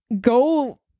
go